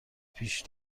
پیش